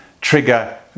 trigger